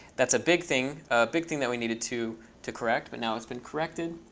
that's a big thing big thing that we needed to to correct, but now it's been corrected.